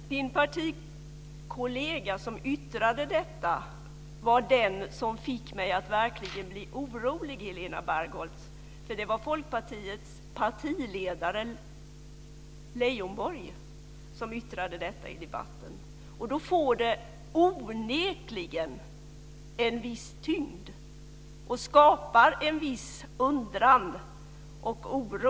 Herr talman! Den partikollega till Helena Bargholtz som yttrade detta var den som fick mig att verkligen bli orolig. Det var Folkpartiets partiledare Leijonborg som yttrade detta i debatten. Då får det onekligen en viss tyngd och skapar en viss undran och oro.